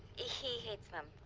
ah he hates them.